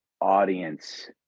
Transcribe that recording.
audience